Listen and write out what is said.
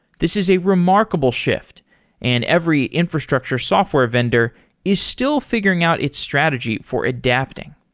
this is a remarkable shift and every infrastructure software vendor is still figuring out its strategy for adapting.